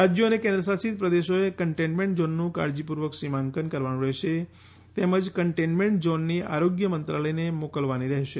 રાજ્યો અને કેન્દ્રશાસિત પ્રદેશોએ કન્ટેઇન્ટમેન્ટ ઝોનનું કાળજીપૂર્વક સીમાંકન કરવાનું રહેશે તેમજ કન્ટેઇન્ટમેન્ટ ઝોનની આરોગ્ય મંત્રાલયને મોકલવાની રહેશે